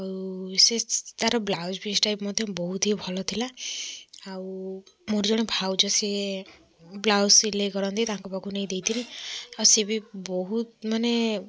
ଆଉ ତା'ର blouse piece ଟା ବି ମଧ୍ୟ ବହୁତ ହି ଭଲ ଥିଲା ଆଉ ମୋର ଜଣେ ଭାଉଜ ସିଏ ବ୍ଲାଉଜ୍ ସିଲେଇ କରନ୍ତି ତାଙ୍କ ପାଖକୁ ନେଇକି ଦେଇଥିଲି ଆଉ ସିଏ ବି ବହୁତ ମାନେ